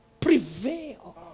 prevail